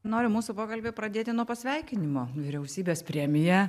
noriu mūsų pokalbį pradėti nuo pasveikinimo vyriausybės premija